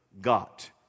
got